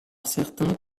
certains